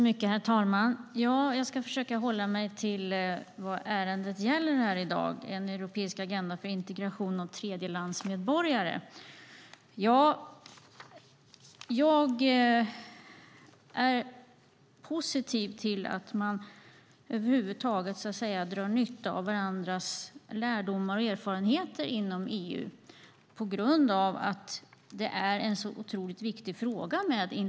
Herr talman! Jag ska försöka hålla mig till vad ärendet gäller, nämligen en europeisk agenda för integration av tredjelandsmedborgare. Jag är positiv till att man drar nytta av varandras lärdomar och erfarenheter inom EU eftersom integration är en så viktig fråga.